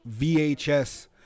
VHS